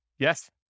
Yes